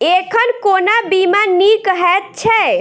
एखन कोना बीमा नीक हएत छै?